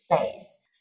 face